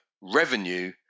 revenue